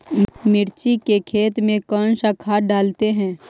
मिर्ची के खेत में कौन सा खाद डालते हैं?